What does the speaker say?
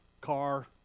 car